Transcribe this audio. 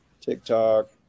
TikTok